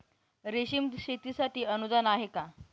रेशीम शेतीसाठी अनुदान आहे का?